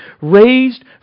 raised